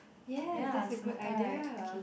ya that's a good idea